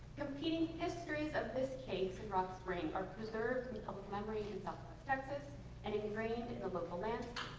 competing histories of this case in rocksprings are preserved in public memory in southwest texas and ingrained in a local and